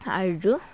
আৰু